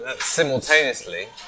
simultaneously